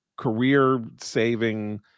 career-saving